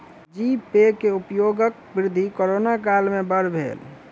जी pay के उपयोगक वृद्धि कोरोना काल में बड़ भेल